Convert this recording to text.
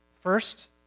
First